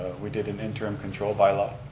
we did an interim control bylaw